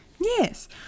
Yes